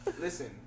Listen